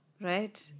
right